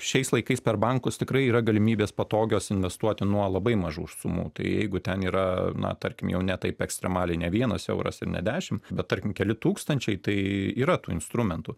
šiais laikais per bankus tikrai yra galimybės patogios investuoti nuo labai mažų sumų tai jeigu ten yra na tarkim jau ne taip ekstremaliai ne vienas euras ir ne dešimt bet tarkim keli tūkstančiai tai yra tų instrumentų